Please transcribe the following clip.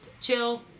chill